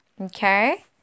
Okay